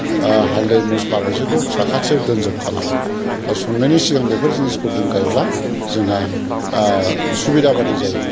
हाल्दै मसला बेसोरखौ साखाथियाव दोनजोबखानांगौ दा संनायनि सिगां बेफोर जिनिसखौ दोनखायोब्ला जोंहा सुबिदा बादि जायो